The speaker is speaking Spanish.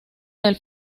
del